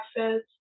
access